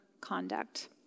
conduct